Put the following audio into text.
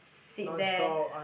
seat there